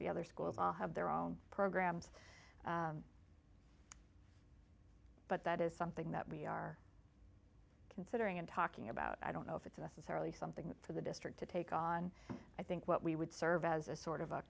the other schools all have their own programs but that is something that we are considering and talking about i don't know if it's necessarily something for the district to take on i think what we would serve as a sort of a